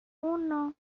uno